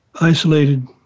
isolated